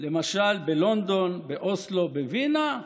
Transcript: למשל בלונדון, באוסלו, בווינה.